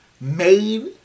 made